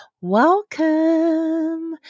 welcome